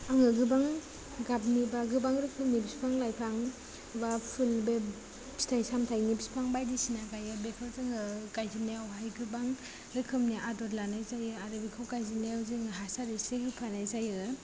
आङो गोबां गाबनि बा गोबां रोखोमनि बिफां लाइफां बा फुल बे फिथाय सामथायनि बिफां बायदिसिना गायो बेखौ जोङो गायजोबनायावहाय गोबां रोखोमनि आदर लानाय जायो आरो बिखौ गायजेननायाव जोङो हासार एसे होफानाय जायो